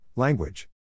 Language